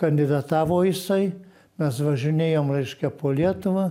kandidatavo jisai mes važinėjom reiškia po lietuvą